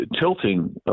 tilting